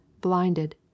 blinded